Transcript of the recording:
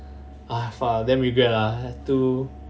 ah fuck I damn regret ah too